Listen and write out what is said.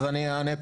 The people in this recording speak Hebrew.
אני אענה פעמיים.